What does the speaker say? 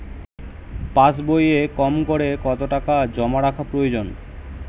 পাশবইয়ে কমকরে কত টাকা জমা রাখা প্রয়োজন?